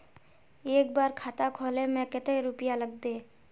एक बार खाता खोले में कते रुपया लगते?